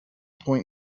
point